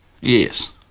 Yes